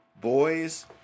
boys